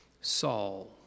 Saul